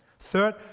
Third